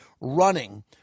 running